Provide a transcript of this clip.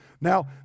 Now